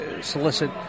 solicit